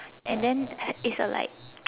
and then it's a like